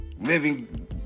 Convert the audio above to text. living